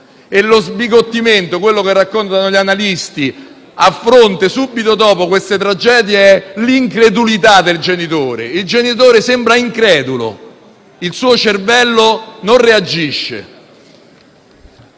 E lo sbigottimento, quello che raccontano gli analisti, a fronte e subito dopo queste tragedie, si manifesta anche nell'incredulità del genitore: il genitore sembra incredulo, il suo cervello non reagisce.